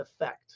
effect